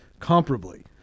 comparably